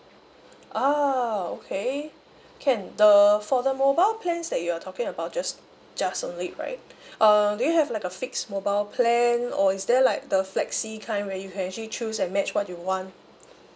ah okay can the for the mobile plans that you're talking about just just right um do you have like a fix mobile plan or is there like the flexi kind where you can actually choose and match what you want